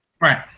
right